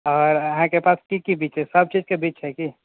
आओर अहाँके पास की की बीज छै सबचीज के बीज छै की